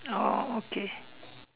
oh okay